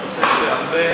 אתה צריך הרבה,